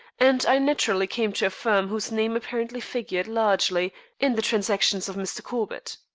and i naturally came to a firm whose name apparently figured largely in the transactions of mr. corbett.